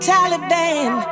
Taliban